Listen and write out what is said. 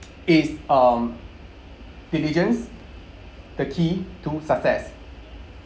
is um diligence the key to success